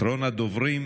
אחרון הדוברים,